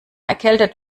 erkältet